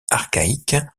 archaïque